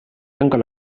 tancar